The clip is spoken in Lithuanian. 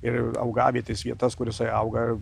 ir augavietės vietas kur jisai auga